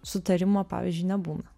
sutarimo pavyzdžiui nebūna